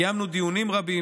קיימנו דיונים רבים,